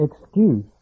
excuse